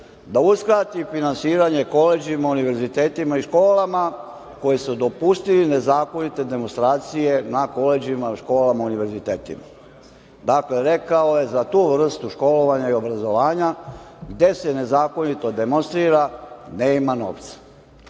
da uskrati finansiranje koledžima, univerzitetima i školama koji su dopustili nezakonite demonstracije na koledžima, školama i univerzitetima. Dakle, rekao je za tu vrstu školovanja i obrazovanja – gde se nezakonito demonstrira, nema novca.